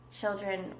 children